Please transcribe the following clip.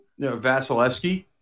Vasilevsky